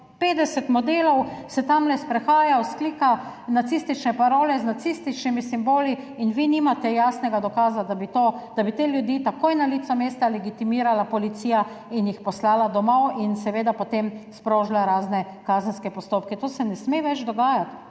50 modelov se tam sprehaja, vzklika nacistične parole z nacističnimi simboli in vi nimate jasnega dokaza, da bi te ljudi takoj na licu mesta legitimirala policija in jih poslala domov in seveda potem sprožila razne kazenske postopke. To se ne sme več dogajati.